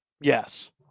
Yes